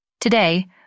Today